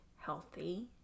healthy